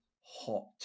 hot